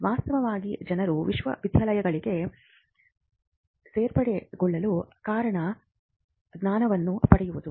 ವಾಸ್ತವವಾಗಿ ಜನರು ವಿಶ್ವವಿದ್ಯಾಲಯಗಳಿಗೆ ಸೇರ್ಪಡೆಗೊಳ್ಳಲು ಕಾರಣ ಜ್ಞಾನವನ್ನು ಪಡೆಯುವುದು